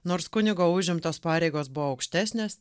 nors kunigo užimtos pareigos buvo aukštesnės